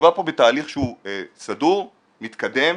מדובר פה בתהליך שהוא סדור, מתקדם.